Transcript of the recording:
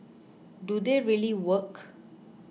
do they really work